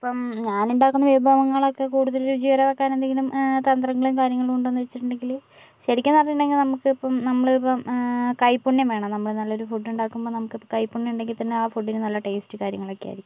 ഇപ്പോൾ ഞാൻ ഉണ്ടാക്കുന്ന വിഭവങ്ങളൊക്കെ കൂടുതൽ രുചികരമാക്കാൻ എന്തെങ്കിലും തന്ത്രങ്ങളും കാര്യങ്ങളും ഉണ്ടോയെന്ന് ചോദിച്ചിട്ടുണ്ടെങ്കിൽ ശരിക്കും എന്ന് പറഞ്ഞിട്ടുണ്ടെങ്കിൽ നമുക്ക് ഇപ്പോൾ നമ്മൾ ഇപ്പോൾ കൈപ്പുണ്യം വേണം നമ്മൾ നല്ലൊരു ഫുഡ് ഉണ്ടാക്കുമ്പോൾ നമുക്ക് കൈപ്പുണ്യം ഉണ്ടെങ്കിൽ തന്നെ ആ ഫുഡിന് നല്ല ടേസ്റ്റ് കാര്യങ്ങളൊക്കെയിരിക്കും